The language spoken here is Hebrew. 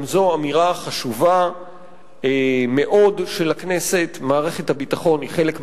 גם זו אמירה חשובה מאוד של הכנסת: מערכת הביטחון היא חלק מהמדינה,